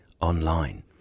online